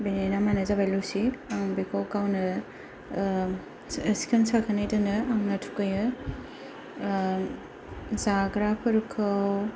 बेनि नामानो जाबाय लुसि आं बेखौ गावनो सिखोन साखोनै दोनो आंनो थुखैयो जाग्राफोरखौ